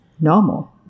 normal